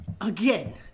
again